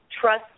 trust